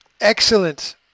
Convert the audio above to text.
excellent